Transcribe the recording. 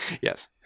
Yes